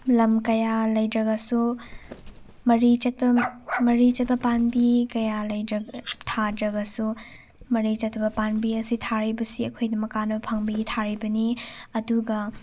ꯂꯝ ꯀꯌꯥ ꯂꯩꯇ꯭ꯔꯒꯁꯨ ꯃꯔꯤ ꯆꯠꯄ ꯃꯔꯤ ꯆꯠꯄ ꯄꯥꯝꯕꯤ ꯀꯌꯥ ꯊꯥꯗ꯭ꯔꯕꯁꯨ ꯃꯔꯤ ꯆꯠꯇꯕ ꯄꯥꯝꯕꯤ ꯑꯁꯤ ꯊꯥꯔꯤꯕꯁꯤ ꯑꯩꯍꯣꯏꯒꯤꯗꯃꯛ ꯀꯥꯟꯅꯕ ꯐꯪꯕꯒꯤ ꯊꯥꯔꯤꯕꯅꯤ ꯑꯗꯨꯒ